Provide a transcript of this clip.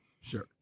Sure